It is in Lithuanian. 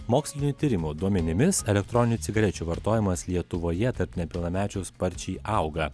mokslinių tyrimų duomenimis elektroninių cigarečių vartojimas lietuvoje tarp nepilnamečių sparčiai auga